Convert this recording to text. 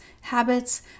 habits